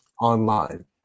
online